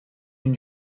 une